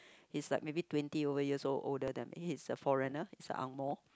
is like maybe twenty over years old older than me he's a foreigner he's a angmoh